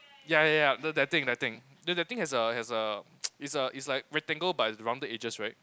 ya ya ya that thing that thing that thing has a has a it's a it's like rectangle but it's rounded edges right